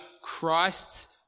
Christ's